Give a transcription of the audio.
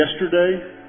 yesterday